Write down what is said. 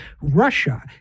Russia